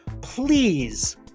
Please